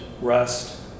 rest